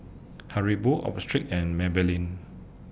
Haribo Optrex and Maybelline